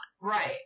Right